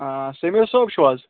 سٔمیٖر صٲب چھو حظ